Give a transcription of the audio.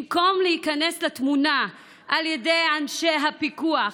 במקום להיכנס לתמונה על ידי אנשי הפיקוח,